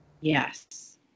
Yes